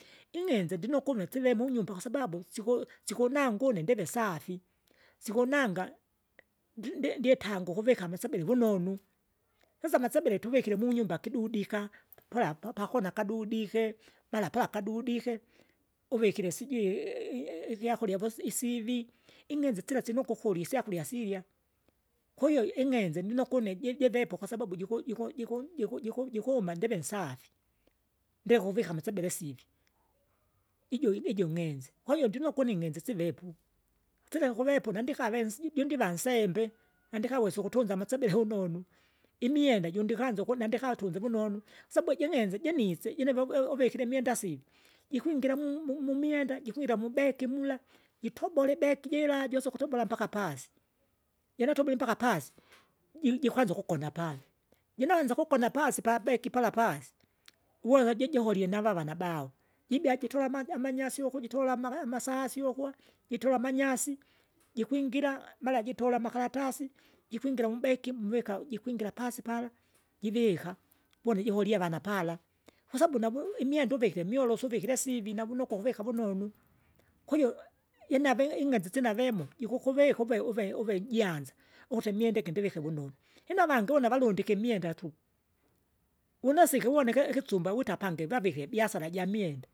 ing'enze ndinokwa une sive munyumba kwasababu, siku- sikunanga une ndive safi. Sikunanga, ndi- ndi- ndietanga ukuvika amasebele vunonu, sasa amasebele tuvikire munyumba kidudika, pa- pala- pa- pakona kadudike, mara pala kadudike, uvikile sijui ikyakurya vosi isivi. Ing'enze sila sinoko ukurya isyakurya sirya, kwahiyo ing'enze ndinokwa une ji- jivepo kwasababu jiku- jiku- jiku- jiku- jiku- jikuma ndive safi. Ndikuvika amasebele sivya ijo- ijo nge'enze, kwahiyo ndinokwa une ing'enze sivepu, sileka ukuvepu nandikave nsi jundiva nsembe nandikawesa ukutunza amasebele hunonu. Imwenda jundikanza ukuna ndikatunza vunonu, sabu ijinenze jinize jinevo uvikire imwenda sivi, jikwingira mu- mumwenda jikwingira mubegi mula, jitobole ibeki jira, josa ukutobola mpaka pasi. Jinatobwile mpaka pasi, ji- jikwanza ukugona pala. Jinanzaukugona pasi pabegi pala pasi, uwewe jijoholie navava nabao, jibia jitola ama- amanyasi uku jitola amaga- amasasi ukwa, jitola amanyasi, jikwingira, mara jitola amakaratasi, jikwingira mubeki muvika jikwingira pasi pala, jivika, voni jivolie avana pala, kwasabu navu imwenda uvike mwolosu uvikire sivi navunokwa ukuvika vunonu. Kujo, imave ing'enze sinavemo, jikukuvika uve- uve- uvejanza ukuti imwenda igi ndivike vunon, ino avange une avalundike imwenda tu. Unesikivonike ikisumba wita pange vavike biasara jamwenda.